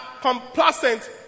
complacent